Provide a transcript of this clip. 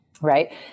Right